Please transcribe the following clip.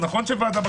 תצביעו.